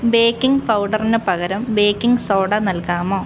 baking പൗഡറിന് പകരം baking soda നൽകാമോ